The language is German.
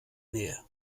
nähe